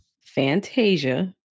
Fantasia